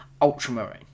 ultramarine